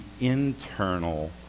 internal